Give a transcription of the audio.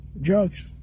drugs